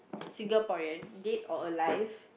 Singaporean dead or alive